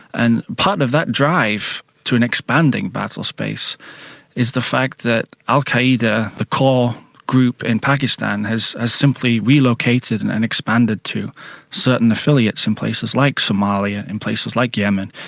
and part of that drive to an expanding battle space is the fact that al qaeda, the core group in pakistan, has ah simply relocated and and expanded to certain affiliates in places like somalia, in places like yemen,